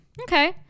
Okay